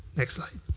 next slide.